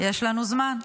יש לנו זמן.